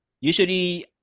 usually